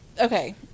Okay